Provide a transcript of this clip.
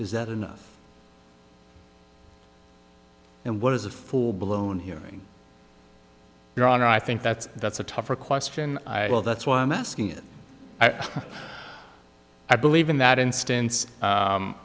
is that enough and what is a full blown hearing your honor i think that's that's a tougher question well that's why i'm asking it i believe in that instance